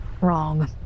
wrong